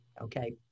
okay